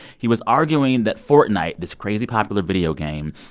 he was arguing that fortnite, this crazy popular video game,